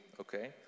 okay